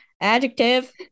Adjective